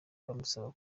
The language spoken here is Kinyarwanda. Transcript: bamusaba